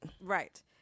Right